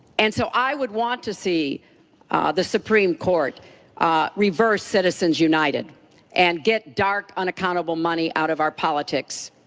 and so i would want to see the supreme court reverse citizens united and get dark unaccountable money out of our politics.